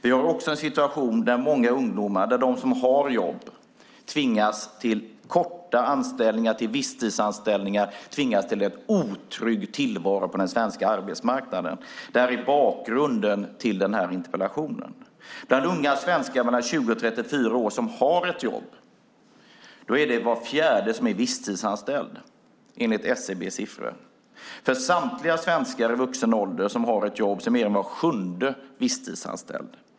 Vi har också en situation där många ungdomar som har jobb tvingas till korta anställningar, visstidsanställningar, och till en otrygg tillvaro på den svenska arbetsmarknaden. Detta är bakgrunden till den här interpellationen. Bland unga svenskar mellan 20 och 34 år som har ett jobb är det enligt SCB:s siffror var fjärde som är visstidsanställd. Bland samtliga svenskar i vuxen ålder som har ett jobb är mer än var sjunde visstidsanställd.